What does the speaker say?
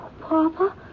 Papa